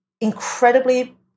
incredibly